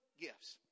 gifts